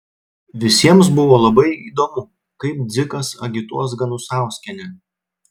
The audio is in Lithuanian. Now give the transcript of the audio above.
visiems buvo labai įdomu kaip dzikas agituos ganusauskienę